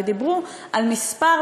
ודיברו על מספר,